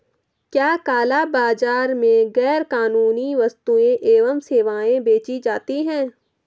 क्या काला बाजार में गैर कानूनी वस्तुएँ एवं सेवाएं बेची जाती हैं?